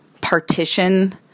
partition